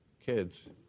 Kids